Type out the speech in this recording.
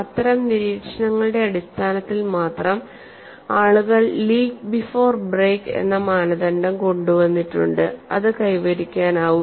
അത്തരം നിരീക്ഷണങ്ങളുടെ അടിസ്ഥാനത്തിൽ മാത്രം ആളുകൾ ലീക്ക് ബിഫോർ ബ്രേക്ക് എന്ന മാനദണ്ഡം കൊണ്ടുവന്നിട്ടുണ്ട് അത് കൈവരിക്കാനാവും